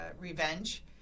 Revenge